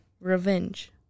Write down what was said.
revenge